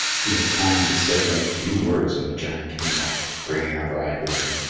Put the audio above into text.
he had time to say but few words when the giant came back, bringing a bride with him.